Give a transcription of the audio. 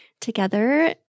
together